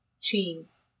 cheese